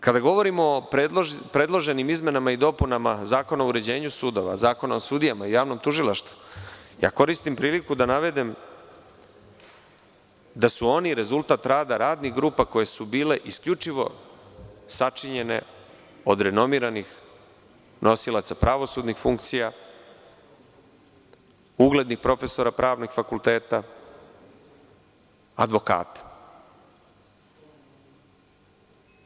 Kada govorimo o predloženim izmenama i dopunama Zakona o uređenju sudova, Zakona o javnom tužilaštvu, koristim priliku da navedem da su oni rezultat rada radnih grupa koje su bile isključivo sačinjene od renomiranih nosilaca pravosudnih funkcija, uglednih profesora pravnih fakulteta, advokata.